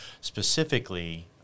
Specifically